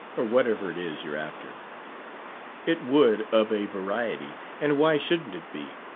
or whatever it is you're after it would, of a verity and why shouldn't it be?